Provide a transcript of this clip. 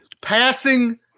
passing